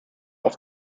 auf